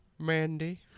Mandy